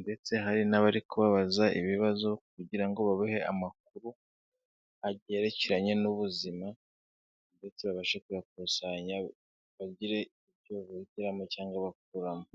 ndetse hari n'abari kubabaza ibibazo kugira ngo babahe amakuru yerekeranye n'ubuzima ndetse babashe kuyakusanya, bagire ibyo bahinduramo cyangwa bakuramo.